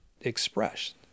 expressed